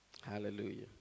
Hallelujah